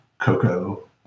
Cocoa